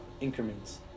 increments